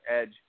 edge